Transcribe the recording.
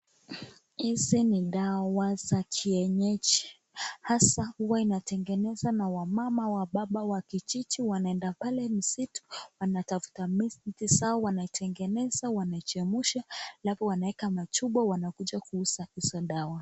Hizi ni dawa za kienyeji hasa huwa inatengenesa na wamama wababa wa kijiji wanenda pale misitu wanatafuta miti sao wanatengenisa Wanachemusha alafu wanaweka Kwa majupa wakuje kuuza hizo dawa.